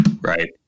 Right